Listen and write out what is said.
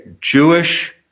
Jewish